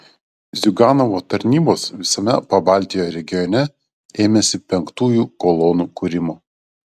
ziuganovo tarnybos visame pabaltijo regione ėmėsi penktųjų kolonų kūrimo